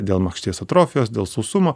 dėl makšties atrofijos dėl sausumo